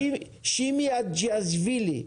שימי אדזיאשוילי,